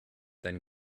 then